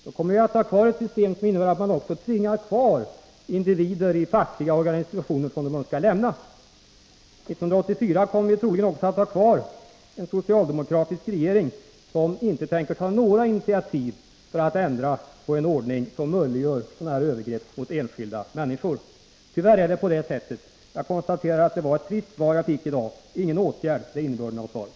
Då kommer vi att ha kvar ett system som innebär att man också tvingar kvar individer i fackliga organisationer som de önskar lämna. År 1984 kommer vi troligen också att ha kvar en socialdemokratisk regering, som inte tänker ta några initiativ för att ändra på en ordning som möjliggör sådana här övergrepp mot enskilda människor. Tyvärr är det på det sättet. Jag konstaterar att det var ett trist svar jag fick i dag. Ingen åtgärd — det är innebörden av svaret.